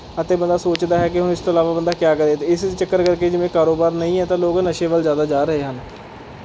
ਅਤੇ ਬੰਦਾ ਸੋਚਦਾ ਹੈ ਕਿ ਹੁਣ ਇਸ ਤੋਂ ਇਲਾਵਾ ਬੰਦਾ ਕਿਆ ਕਰੇ ਅਤੇ ਇਸ ਚੱਕਰ ਕਰਕੇ ਜਿਵੇਂ ਕਾਰੋਬਾਰ ਨਹੀਂ ਹੈ ਤਾਂ ਲੋਕ ਨਸ਼ੇ ਵੱਲ ਜ਼ਿਆਦਾ ਜਾ ਰਹੇ ਹਨ